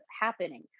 happening